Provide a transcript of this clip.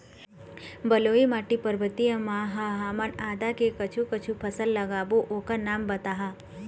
बलुई माटी पर्वतीय म ह हमन आदा के कुछू कछु फसल लगाबो ओकर नाम बताहा?